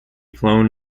flown